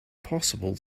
possible